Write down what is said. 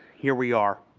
here we are,